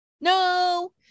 No